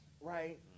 right